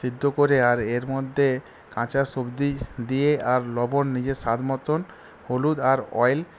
সেদ্ধ করে আর এর মধ্যে কাঁচা সবজি দিয়ে আর লবণ নিজের স্বাদ মতো হলুদ আর অয়েল